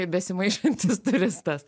besimaišantis turistas